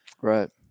Right